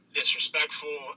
disrespectful